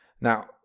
Now